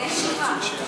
עם דברי שירה.